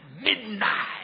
midnight